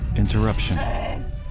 interruption